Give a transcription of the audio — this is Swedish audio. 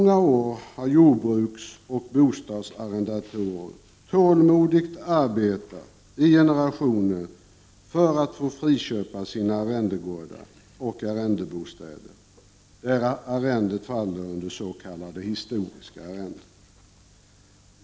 Jordbruksoch bostadsarrendatorer har tålmodigt arbetat i generationer för att få friköpa sina arrendegårdar och arrendebostäder, där arrendet faller under s.k. historiska arrenden.